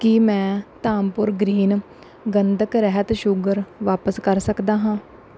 ਕੀ ਮੈਂ ਧਾਮਪੁਰ ਗ੍ਰੀਨ ਗੰਧਕ ਰਹਿਤ ਸ਼ੂਗਰ ਵਾਪਿਸ ਕਰ ਸਕਦਾ ਹਾਂ